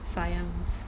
science